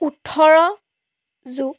ওঠৰ যোগ